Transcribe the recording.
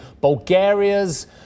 Bulgaria's